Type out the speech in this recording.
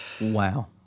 Wow